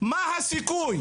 מה הסיכוי